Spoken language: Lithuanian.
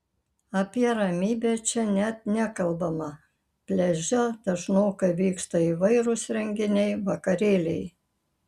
apie ramybę čia net nekalbama pliaže dažnokai vyksta įvairūs renginiai vakarėliai